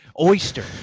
oyster